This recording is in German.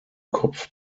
kopf